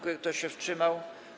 Kto się wstrzymał?